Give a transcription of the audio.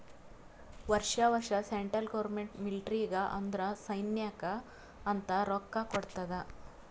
ವರ್ಷಾ ವರ್ಷಾ central government ಮಿಲ್ಟ್ರಿಗ್ ಅಂದುರ್ ಸೈನ್ಯಾಕ್ ಅಂತ್ ರೊಕ್ಕಾ ಕೊಡ್ತಾದ್